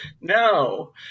no